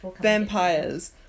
Vampires